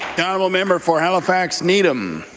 the honourable member for halifax needham.